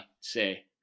say